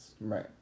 Right